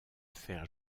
faire